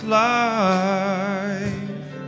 life